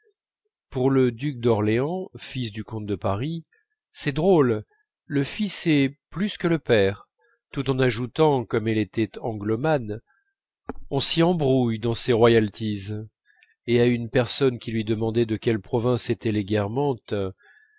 pour le duc d'orléans fils du comte de paris c'est drôle le fils est plus que le père tout en ajoutant comme elle était anglomane on s'y embrouille dans ces royalties et à une personne qui lui demandait de quelle province étaient